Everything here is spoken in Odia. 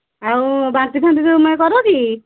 ଆଉ ବାନ୍ତି ଫାନ୍ତି ତୁମେ କର କି